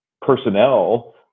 personnel